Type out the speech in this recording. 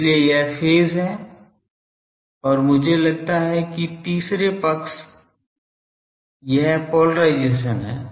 इसलिए यह फेज है और मुझे लगता है कि तीसरे पक्ष यह पोलेराइज़ेशन है